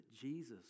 Jesus